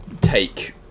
take